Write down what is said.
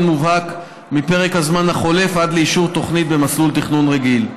מובהק מפרק הזמן החולף עד לאישור תוכנית במסלול תכנון רגיל.